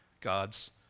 God's